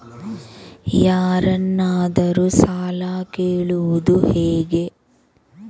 ಯಾರನ್ನಾದರೂ ಸಾಲ ಕೇಳುವುದು ಹೇಗೆ?